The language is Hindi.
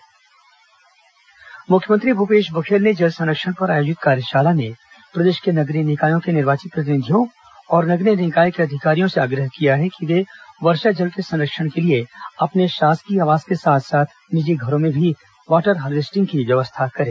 मुख्यमंत्री वाटर हार्वेस्टिंग मुख्यमंत्री भूपेश बघेल ने जल संरक्षण पर आयोजित कार्यशाला में प्रदेश के नगरीय निकायों के निर्वाचित प्रतिनिधियों और नगरीय निकाय के अधिकारियों से आग्रह किया है कि वर्षा जल के संरक्षण के लिए वे अपने शासकीय आवास के साथ साथ अपने निजी घरों में भी वाटर हार्वेस्टिंग की व्यवस्था करें